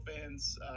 fans